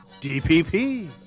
DPP